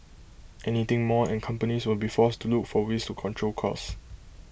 anything more and companies will be forced to look for ways to control cost